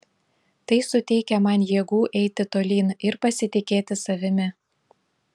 tai suteikia man jėgų eiti tolyn ir pasitikėti savimi